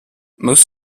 most